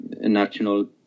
national